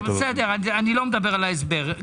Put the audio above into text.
אני לא מדבר על ההסבר.